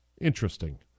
Interesting